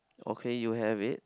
okay you have it